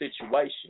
situation